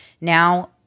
Now